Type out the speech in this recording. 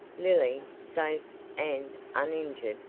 lily, safe and uninjured,